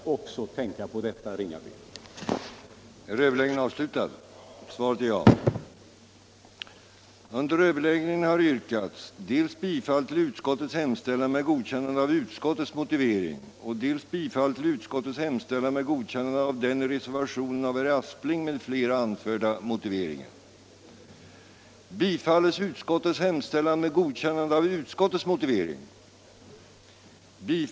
Arbetsgivaruppgiften från arbetsgivare med ett fåtal anställda 190